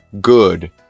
good